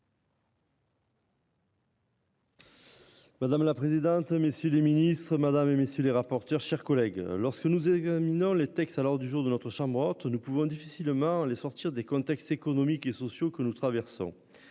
Madame la présidente, messieurs les Ministres Madame et messieurs les rapporteurs chers collègues lorsque nous examinons les textes alors du jour de notre chambre haute. Nous pouvons difficilement les sortir des contextes économiques et sociaux que nous traversons.